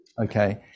Okay